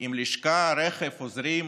עם לשכה, רכב, עוזרים.